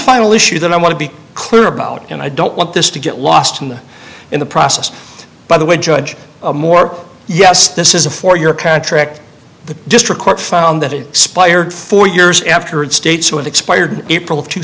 final issue that i want to be clear about and i don't want this to get lost in the in the process by the way judge moore yes this is a four year contract the district court found that it expired four years afterward states with expired april two